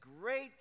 great